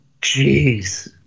Jeez